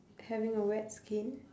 having a wet skin